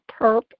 perp